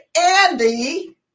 Andy